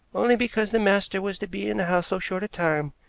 only because the master was to be in the house so short a time.